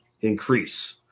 increase